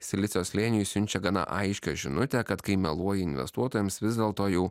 silicio slėniui siunčia gana aiškią žinutę kad kai meluoji investuotojams vis dėlto jau